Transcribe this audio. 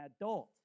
adult